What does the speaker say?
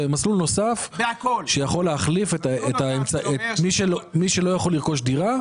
זה מסלול נוסף שיכול להחליף את מי שלא יכול לרכוש דירה,